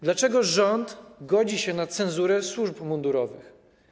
Dlaczego rząd godzi się na cenzurę służb mundurowych?